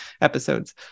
episodes